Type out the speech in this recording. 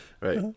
Right